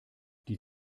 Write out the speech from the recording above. die